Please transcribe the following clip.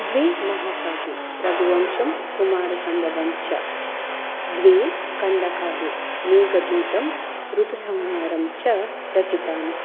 द्वि महाकाव्ये रघुवंशम् कुमारसम्भवम् च द्वे खण्डकाव्ये मेघदूतम् ऋतुसंहारम् च रचितानि